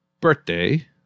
birthday